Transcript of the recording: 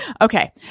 Okay